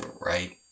right